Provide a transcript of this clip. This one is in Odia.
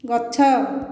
ଗଛ